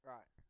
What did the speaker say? Right